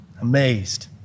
amazed